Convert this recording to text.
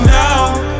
now